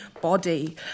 body